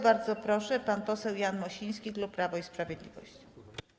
Bardzo proszę, pan poseł Jan Mosiński, klub Prawo i Sprawiedliwość.